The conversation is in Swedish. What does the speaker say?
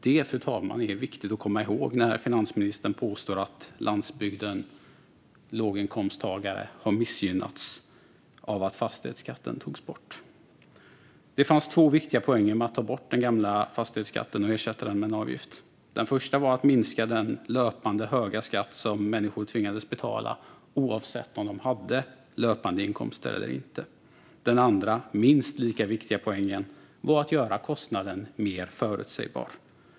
Det, fru talman, är viktigt att komma ihåg när finansministern påstår att landsbygdens låginkomsttagare har missgynnats av att fastighetsskatten togs bort. Det fanns två viktiga poänger med att ta bort den gamla fastighetsskatten och ersätta den med en avgift. Den första poängen var att minska den löpande höga skatt som människor tvingades betala oavsett om de hade löpande inkomster eller inte. Den andra och minst lika viktiga poängen var att göra kostnaden mer förutsägbar.